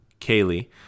kaylee